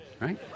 right